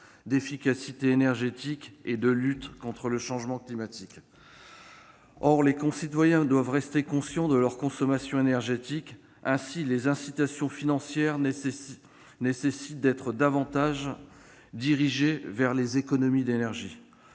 d'efficacité énergétique et de lutte contre le changement climatique. Les citoyens doivent rester conscients de leur consommation énergétique. Aussi, les incitations financières nécessitent d'être davantage dirigées vers les économies d'énergie,